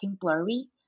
blurry